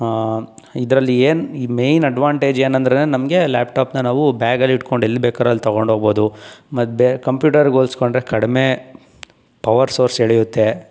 ಇದರಲ್ಲಿ ಏನು ಈ ಮೇನ್ ಅಡ್ವಾಂಟೇಜ್ ಏನು ಅಂದ್ರೇ ನಮಗೆ ಲ್ಯಾಪ್ಟಾಪನ್ನ ನಾವು ಬ್ಯಾಗಲ್ಲಿ ಇಟ್ಕೊಂಡು ಎಲ್ಲಿ ಬೇಕಾರೆ ಅಲ್ಲಿ ತಗೊಂಡು ಹೋಗ್ಬೋದು ಮತ್ತು ಬೇ ಕಂಪ್ಯೂಟರ್ಗೆ ಹೋಲ್ಸ್ಕೊಂಡ್ರೆ ಕಡಿಮೆ ಪವರ್ ಸೋರ್ಸ್ ಎಳಿಯುತ್ತೆ